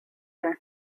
her